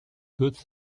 good